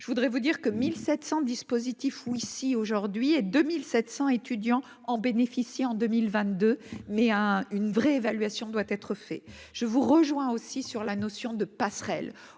je voudrais vous dire que 1700 dispositif ou ici aujourd'hui et 2700 étudiants en bénéficier en 2022 mais un une vraie évaluation doit être fait je vous rejoins aussi sur la notion de passerelle